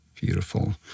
Beautiful